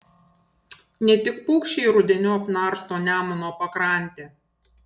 ne tik paukščiai rudeniop narsto nemuno pakrantę